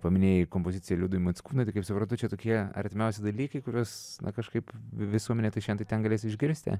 paminėjai kompozicija liudui mockūnui kaip suprantu čia tokie artimiausi dalykai kuriuos na kažkaip visuomenė tai šen tai ten galės išgirsti